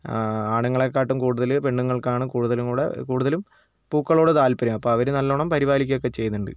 ആ ആണുങ്ങളെക്കാട്ടും കൂടുതൽ പെണ്ണുങ്ങൾക്കാണ് കൂടുതലും കൂടെ കൂടുതലും പൂക്കളോട് താല്പര്യം അപ്പോൾ അവർ നല്ലോണം പരിപാലിക്കുകയൊക്കെ ചെയ്യുന്നുണ്ട്